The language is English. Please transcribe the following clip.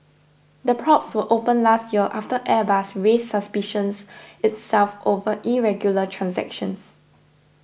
the probes were opened last year after Airbus raised suspicions itself over irregular transactions